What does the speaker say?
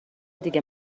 دیگه